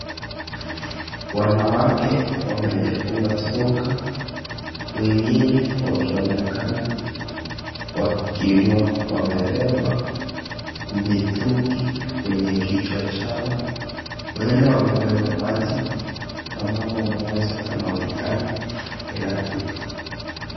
Wanawake wamejifunga shuka, wengine wakionekana wakiwa wamebeba mitungi kwenye kichwa chao. Huenda wamebeba maji na mama mmoja anaonekana bila kitu.